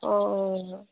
অঁ অঁ